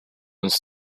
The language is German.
uns